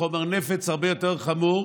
חומר נפץ הרבה יותר חמור,